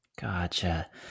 Gotcha